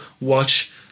watch